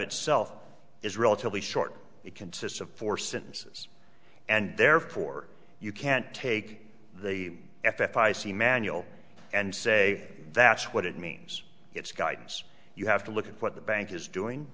itself is relatively short it consists of four sentences and therefore you can't take the f e c manual and say that's what it means it's guidance you have to look at what the bank is doing